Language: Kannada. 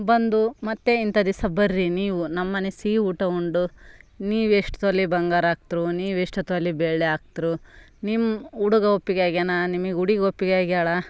ಬಂದು ಮತ್ತು ಇಂಥ ದಿಸ ಬರ್ರಿ ನೀವು ನಮ್ಮಮನೆ ಸಿಹಿ ಊಟ ಉಂಡು ನೀವೆಷ್ಟು ತೊಲಿ ಬಂಗಾರ ಹಾಕ್ತ್ರು ನೀವೆಷ್ಟು ತೊಲಿ ಬೆಳ್ಳಿ ಹಾಕ್ತ್ರು ನಿಮ್ಮ ಹುಡುಗ ಒಪ್ಪಿಗೆ ಆಗ್ಯಾನ ನಿಮಗ್ ಹುಡ್ಗಿ ಒಪ್ಪಿಗೆ ಆಗ್ಯಾಳ